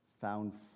found